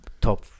top